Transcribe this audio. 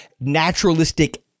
naturalistic